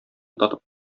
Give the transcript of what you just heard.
татып